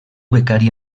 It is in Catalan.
becari